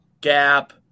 gap